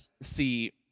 see